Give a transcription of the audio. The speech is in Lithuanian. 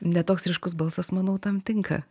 ne toks ryškus balsas manau tam tinka